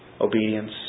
obedience